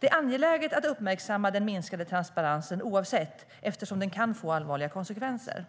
Det är angeläget att uppmärksamma den minskade transparensen oavsett vad den beror på, eftersom den kan få allvarliga konsekvenser.